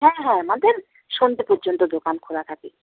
হ্যাঁ হ্যাঁ আমাদের সন্ধ্যে পর্যন্ত দোকান খোলা থাকে